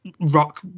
Rock